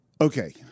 Okay